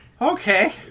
okay